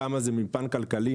מפן כלכלי,